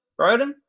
Broden